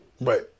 Right